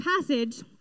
passage